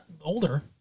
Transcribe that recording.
older